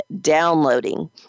Downloading